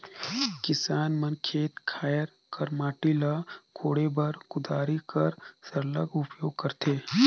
किसान मन खेत खाएर कर माटी ल कोड़े बर कुदारी कर सरलग उपियोग करथे